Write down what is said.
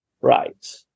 Right